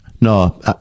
no